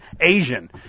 Asian